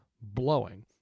blowing